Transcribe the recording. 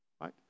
right